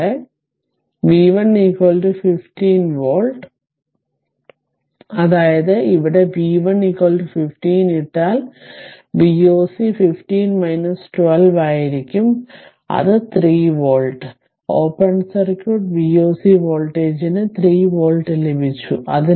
കൂടാതെ V 1 15 volt അതായത് ഇവിടെ v 1 15 ഇട്ടാൽ V oc 15 12 ആയിരിക്കും അതായത് 3 വോൾട്ട് അതായത് ഓപ്പൺ സർക്യൂട്ട് V oc വോൾട്ടേജിന് 3 വോൾട്ട് ലഭിച്ചു